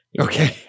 Okay